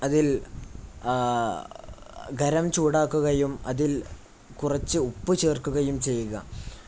അതിൽ ഗരം ചൂടാക്കുകയും അതിൽ കുറച്ച് ഉപ്പ് ചേർക്കുകയും ചെയ്യുക